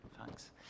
Thanks